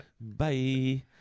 Bye